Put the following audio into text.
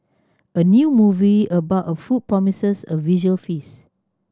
a new movie about a food promises a visual feast